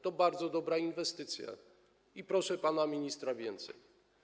To bardzo dobra inwestycja, proszę pana ministra o więcej.